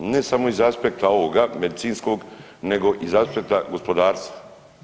Ne samo iz aspekta ovoga, medicinskog nego iz aspekta gospodarstva.